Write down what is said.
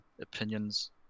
opinions